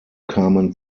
kamen